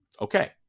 okay